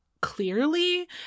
clearly